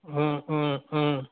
অঁ অঁ অঁ